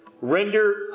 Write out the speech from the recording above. Render